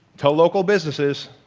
to local businesses,